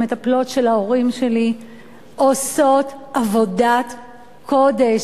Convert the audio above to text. המטפלות של ההורים שלי עושות עבודת קודש.